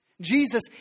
Jesus